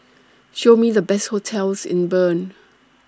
Show Me The Best hotels in Bern